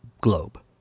globe